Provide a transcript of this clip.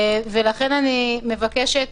ולכן אני מבקשת,